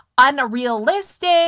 unrealistic